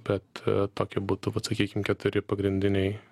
bet ee toki būtų vat sakykim keturi pagrindiniai